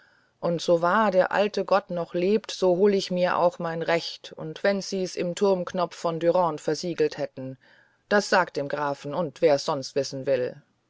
und so wahr der alte gott noch lebt so hol ich mir auch mein recht und wenn sie's im turmknopf von dürande versiegelt hätten das sag dem grafen und wer's sonst wissen will